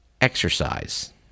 exercise